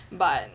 but